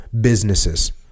businesses